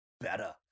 better